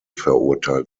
verurteilt